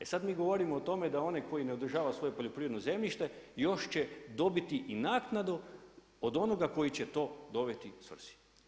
E sad mi govorimo o tome da onaj koji ne održava svoje poljoprivredno zemljište, još će dobiti i naknadu od onoga koji će to dovesti svrsi.